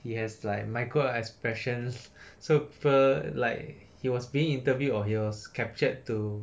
he has like microscopic expression so people like he was being interviewed or he was captured to